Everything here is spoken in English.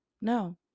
No